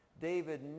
David